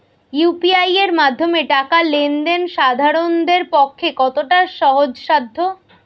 UPI এর মাধ্যমে টাকা লেন দেন সাধারনদের পক্ষে কতটা সহজসাধ্য?